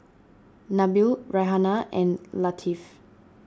Nabil Raihana and Latif